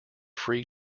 free